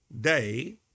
day